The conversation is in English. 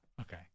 okay